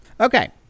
Okay